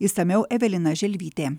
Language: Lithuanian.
išsamiau evelina želvytė